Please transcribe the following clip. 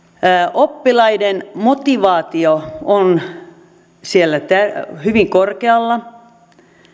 oppilaiden motivaatio on siellä hyvin korkealla